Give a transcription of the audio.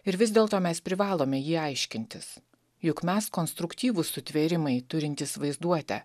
ir vis dėlto mes privalome jį aiškintis juk mes konstruktyvūs sutvėrimai turintys vaizduotę